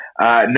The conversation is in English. No